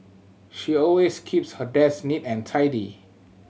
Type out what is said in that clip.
she always keeps her desk neat and tidy